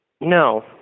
No